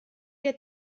get